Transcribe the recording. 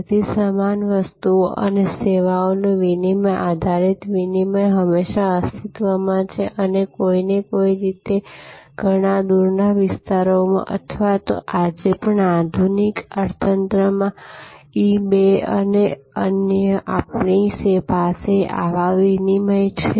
તેથી સમાન વસ્તુઓ અને સેવાઓનું વિનિમય આધારિત વિનિમય હંમેશા અસ્તિત્વમાં છે અને કોઈને કોઈ રીતે ઘણા દૂરના વિસ્તારોમાં અથવા તો આજે પણ આધુનિક અર્થતંત્રમાં ઈ બે અને અન્ય આપણી પાસે આવા વિનિમય છે